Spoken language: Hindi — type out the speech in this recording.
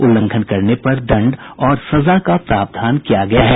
उल्लंघन करने पर दंड और सजा का प्रावधान किया गया है